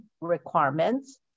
requirements